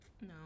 No